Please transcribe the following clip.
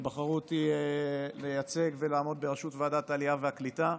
שבחרו אותי לייצג ולעמוד בראשות ועדת העלייה והקליטה.